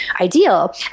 ideal